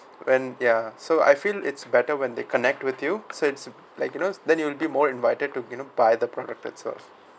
and ya so I feel it's better when they connect with you so it's like you know then you will be more invited to you know by the product itself